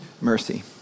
mercy